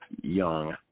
young